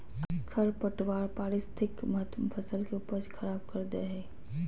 खरपतवार पारिस्थितिक महत्व फसल के उपज खराब कर दे हइ